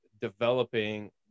developing